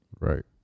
Right